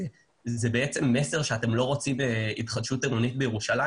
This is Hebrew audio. זה בעצם מסר שאתם לא רוצים התחדשות עירונית בירושלים